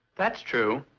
that's true.